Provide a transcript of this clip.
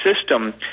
system